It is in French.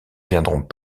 viendront